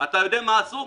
אתה יודע מה עשו?